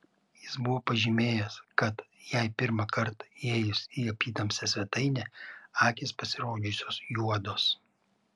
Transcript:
jis buvo pažymėjęs kad jai pirmąkart įėjus į apytamsę svetainę akys pasirodžiusios juodos